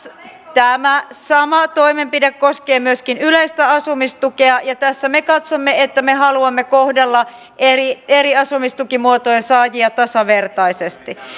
tämä sama toimenpide koskee myöskin yleistä asumistukea ja tässä me katsomme että me haluamme kohdella eri asumistukimuotojen saajia tasavertaisesti